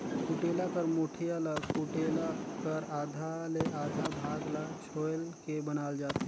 कुटेला कर मुठिया ल कुटेला कर आधा ले आधा भाग ल छोएल के बनाल जाथे